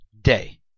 day